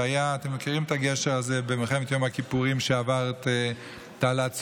אתם מכירים את הגשר הזה במלחמת יום הכיפורים שעבר את תעלת סואץ,